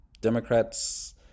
Democrats